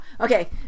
Okay